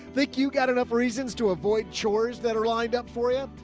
like you got enough reasons to avoid chores that are lined up for you.